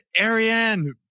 Ariane